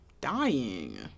dying